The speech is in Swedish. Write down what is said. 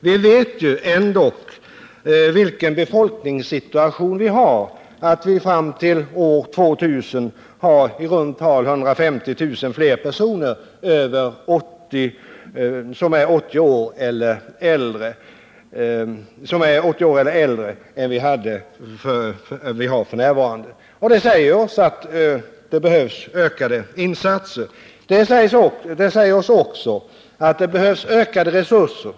Vi vet ju hur befolkningssituationen ser ut. År 2000 har vi i runda tal 150 000 fler personer som är 80 år och äldre än vi har f. n. Det säger ossatt ökade insatser behövs. Det säger oss också att det krävs ökade resurser.